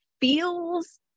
feels